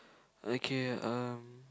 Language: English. okay um